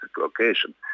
location